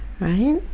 Right